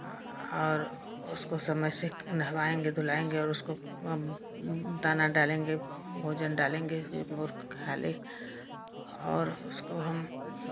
और उसको समय से नहवाएँगे धुलाएँगे और उसको दाना डालेंगे भोजन डालेंगे जो मोर खा ले और उसको हम